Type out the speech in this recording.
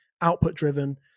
output-driven